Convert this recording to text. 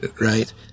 right